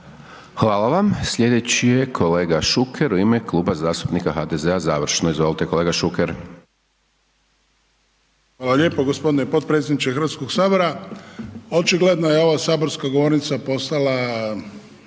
Hvala vam. Slijedeći je kolega Šuker u ime Kluba zastupnika HDZ-a završno, izvolite kolega Šuker. **Šuker, Ivan (HDZ)** Hvala lijepo g. potpredsjedniče HS. Očigledno je ova saborska govornica postala